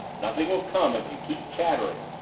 nothing will come if you keep chattering!